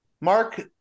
Mark